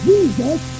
Jesus